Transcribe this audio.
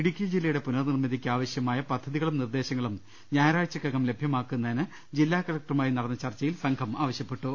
ഇടുക്കി ജില്ലയുടെ പുനർനിർമിതിക്ക് ആവശ്യമായ പദ്ധതി കളും നിർദേശങ്ങളും ഞായറാഴ്ചക്കകം ലഭ്യമാക്കുന്നതിന് ജില്ലാ കലക്ടറുമായി നടന്ന ചർച്ചയിൽ സംഘം ആവശ്യപ്പെട്ടു